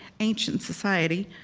ancient society.